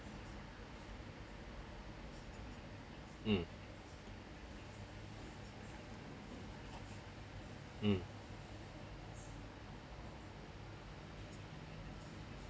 mm mm